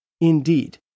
Indeed